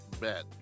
Bet